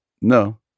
No